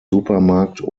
supermarkt